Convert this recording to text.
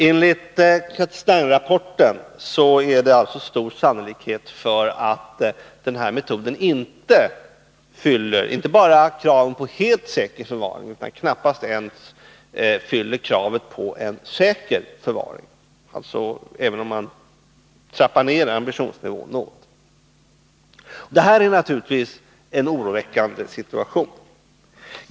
Enligt Castaingrapporten är det stor sannolikhet för att den här metoden inte fyller kravet på en helt säker förvaring och knappast ens fyller kravet på en säker förvaring. Det här är naturligtvis en oroväckande situation.